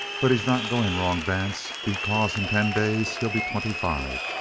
but he's not going wrong, vance. because, in ten days, he'll be twenty five!